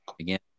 Again